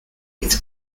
its